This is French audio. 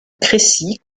crécy